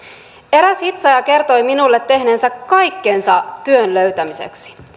eräs hitsaaja kertoi minulle tehneensä kaikkensa työn löytämiseksi